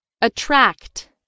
Attract